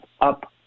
up